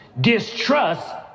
distrust